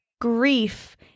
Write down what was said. grief